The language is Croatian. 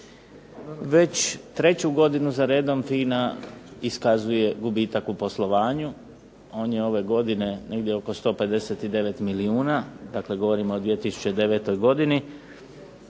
Već treću godinu zaredom FINA iskazuje gubitak u poslovanju, on je ove godine negdje oko 159 milijuna, dakle govorim o 2009. godini,